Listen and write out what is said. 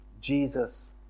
Jesus